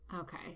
Okay